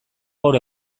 gaur